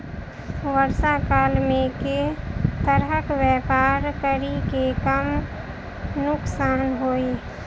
वर्षा काल मे केँ तरहक व्यापार करि जे कम नुकसान होइ?